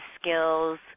skills